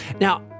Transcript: Now